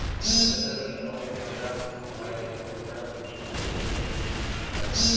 ಜಲಚರಗಳಿಗೆ ನೋವು ಭಯ ಹಸಿವು ಬಾಯಾರಿಕೆ ಒತ್ತಡ ಸ್ಥಿತಿ ಸಾದ್ಯತೆಯಿಂದ ಎಂದು ತೀರ್ಮಾನಿಸ್ಯಾರ